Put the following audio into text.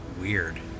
weird